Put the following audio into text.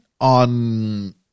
on